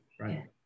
right